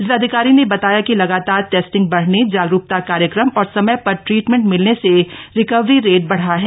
जिलाधिकारी ने बताया कि लगातार टेस्टिंग बढ़ने जागरूकता कार्यक्रम और समय पर ट्रीटमेंट मिलने से रिकवरी रेट बढ़ा है